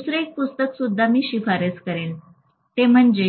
दुसरे एक पुस्तक सुद्धा मी शिफारस करेन ते म्हणजे